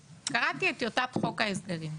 קראתי את טיוטת חוק ההסדרים,